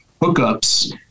hookups